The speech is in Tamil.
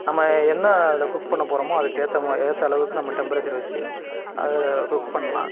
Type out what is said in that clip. நம்ம என்ன அதில் குக் பண்ண போகிறோமோ அதுக்கு ஏற்ற மாதிரி ஏற்ற அளவுக்கு நம்ம டெம்ப்ரேச்சர் வச்சு அதில் குக் பண்ணலாம்